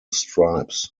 stripes